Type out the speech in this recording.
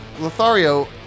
lothario